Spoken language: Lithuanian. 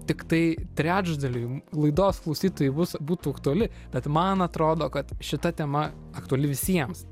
tiktai trečdaliui laidos klausytojų bus būtų aktuali bet man atrodo kad šita tema aktuali visiems